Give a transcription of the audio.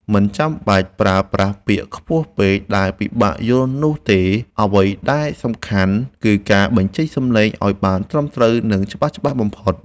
មិនចាំបាច់ប្រើប្រាស់ពាក្យខ្ពស់ពេកដែលពិបាកយល់នោះទេអ្វីដែលសំខាន់គឺការបញ្ចេញសំឡេងឱ្យបានត្រឹមត្រូវ និងច្បាស់ៗបំផុត។